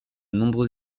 nombreux